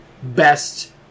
best